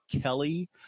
Kelly